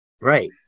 Right